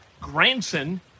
Granson